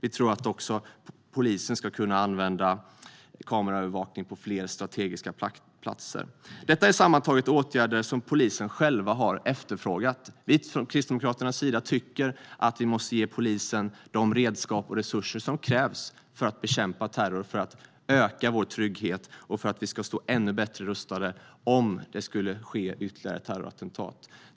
Vi tror att också polisen ska kunna använda kameraövervakning på fler strategiska platser. Detta är sammantaget åtgärder som polisen själv har efterfrågat. Vi från Kristdemokraternas sida tycker att vi måste ge polisen de redskap och resurser som krävs för att bekämpa terror och öka vår trygghet och för att vi ska stå ännu bättre rustade om det skulle ske ytterligare terrorattentat.